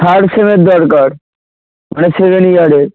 third সেমের দরকার মানে সেকেন্ড ইয়ারের